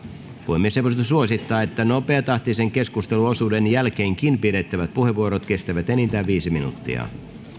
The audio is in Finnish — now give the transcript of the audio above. puhemiesneuvosto suosittaa että nopeatahtisen keskusteluosuuden jälkeenkin pidettävät puheenvuorot kestävät enintään viisi minuuttia